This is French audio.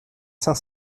cinq